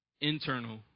internal